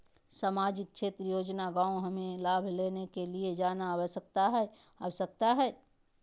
सामाजिक क्षेत्र योजना गांव हमें लाभ लेने के लिए जाना आवश्यकता है आवश्यकता है?